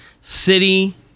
city